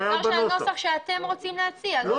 המצב של הנוסח שאתם רוצים להציע.